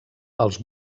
els